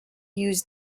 used